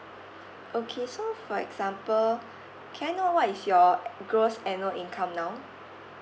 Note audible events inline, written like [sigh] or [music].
okay so for example can I know what is your [noise] gross annual income now